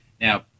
Now